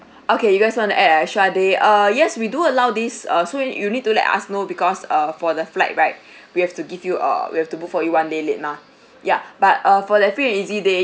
okay you guys want to add an extra day err yes we do allow these uh so yo~ you need to let us know because uh for the flight right we have to give you err we have to book for you one day late mah ya but uh for that free and easy day